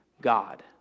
God